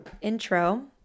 intro